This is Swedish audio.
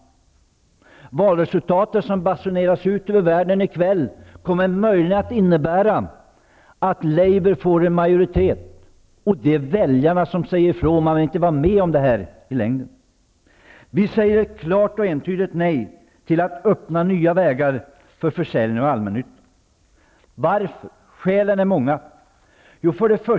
Det valresultat som basuneras ut över världen i kväll kommer möjligen att innebära att Labour får majoritet. Det är väljarna som säger ifrån, att de inte vill vara med om det här i längden. Vi säger ett klart och entydigt nej till att öppna nya vägar för försäljning av allmännyttan. Varför? Ja, skälen är många.